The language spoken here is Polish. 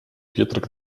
pietrek